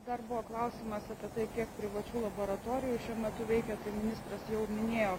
dar buvo klausimas apie tai kiek privačių laboratorijų šiuo metu veikia ministras jau minėjo